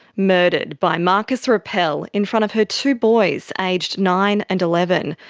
murdered by marcus rappel in front of her two boys aged nine and eleven,